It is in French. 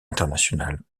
internationales